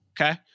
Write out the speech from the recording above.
Okay